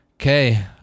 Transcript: Okay